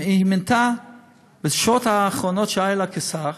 בשעות האחרונות שהיו לה כשרה,